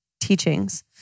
teachings